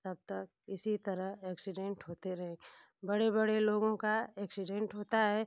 तब तक इसी तरह एक्सीडेंट होते रहे बड़े बड़े लोगों का एक्सीडेंट होता है